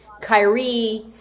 Kyrie